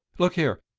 look here,